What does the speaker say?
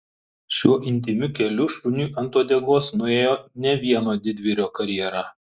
šiuo intymiu keliu šuniui ant uodegos nuėjo ne vieno didvyrio karjera